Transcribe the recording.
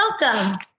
welcome